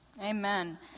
Amen